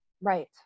Right